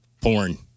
Porn